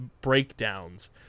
breakdowns